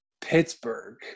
Pittsburgh